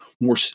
more